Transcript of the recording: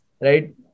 right